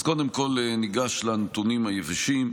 אז קודם כול, ניגש לנתונים היבשים.